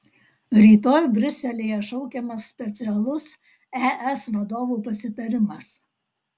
rytoj briuselyje šaukiamas specialus es vadovų pasitarimas